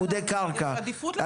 יש עדיפות למחוסרי דיור.